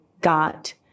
got